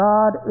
God